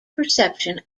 perception